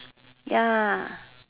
ya